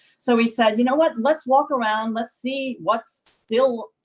so we said, you know what? let's walk around, let's see what's still,